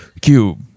Cube